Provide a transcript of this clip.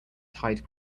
tide